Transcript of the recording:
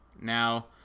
Now